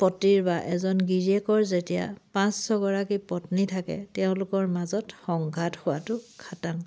পতিৰ বা এজন গিৰিয়েকৰ যেতিয়া পাঁচ ছয়গৰাকী পত্নী থাকে তেওঁলোকৰ মাজত সংঘাত হোৱাটো খাতাং